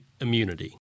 immunity